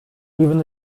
even